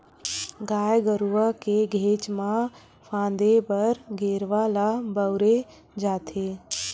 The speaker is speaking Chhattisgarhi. गाय गरुवा के घेंच म फांदे बर गेरवा ल बउरे जाथे